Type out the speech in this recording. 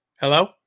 Hello